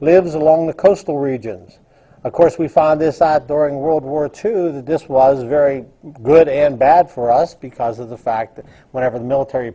lives along the coastal regions of course we found this out during world war two that this was very good and bad for us because of the fact that whenever the military